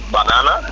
Banana